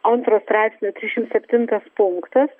antro straipsnio trisšim septintas punktas